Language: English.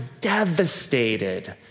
devastated